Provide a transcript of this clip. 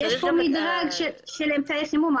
יש פה מדרג של אמצעי חימום.